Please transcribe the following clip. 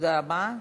תודה רבה.